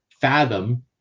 fathom